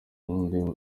ubundi